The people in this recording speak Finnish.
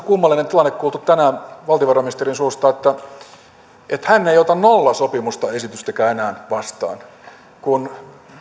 kummallinen tilanne kuultu tänään valtiovarainministerin suusta että hän ei ota nollasopimusesitystäkään enää vastaan kun